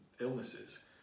illnesses